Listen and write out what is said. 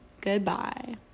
Goodbye